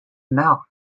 mouth